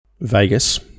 Vegas